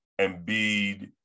Embiid